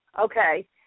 Okay